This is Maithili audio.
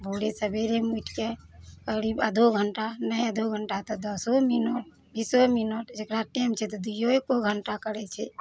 भोरे सबेरे मे उठिके करीब आधो घंटा नहि आधो घंटा तऽ दसो मिनट बीसो मिनट जेकरा टाइम छै तऽ दुइयो एको घण्टा करै छै